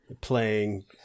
playing